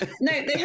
no